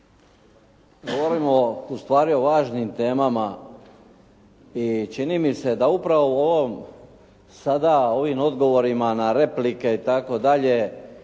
govorimo ustvari o važnim temama i čini mi se da upravo u ovom sada, ovim odgovorima na replike i tako dalje